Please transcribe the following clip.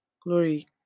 Glory